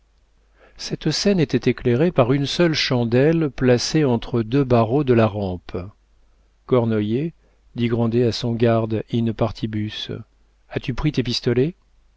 cette scène était éclairée par une seule chandelle placée entre deux barreaux de la rampe cornoiller dit grandet à son garde in partibus as-tu pris tes pistolets